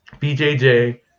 BJJ